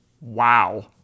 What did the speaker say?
Wow